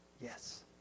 Yes